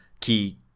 key